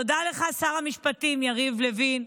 תודה לך, שר המשפטים יריב לוין.